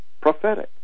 prophetic